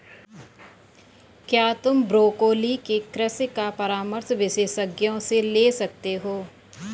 क्या तुम ब्रोकोली के कृषि का परामर्श विशेषज्ञों से ले सकते हो?